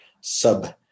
sub